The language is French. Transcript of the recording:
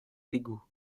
dégoût